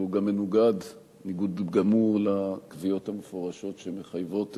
והוא גם מנוגד ניגוד גמור לקביעות המפורשות שמחייבות